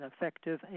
effective